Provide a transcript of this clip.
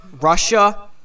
Russia